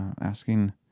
asking